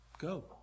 Go